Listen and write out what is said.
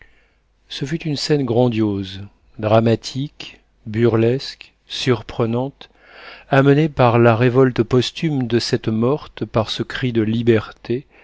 ce fut une scène grandiose dramatique burlesque surprenante amenée par la révolte posthume de cette morte par ce cri de liberté